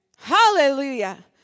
Hallelujah